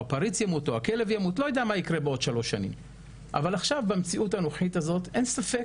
הפריץ ימות או הכלב ימות - אבל עכשיו במציאות הנוכחית אין ספק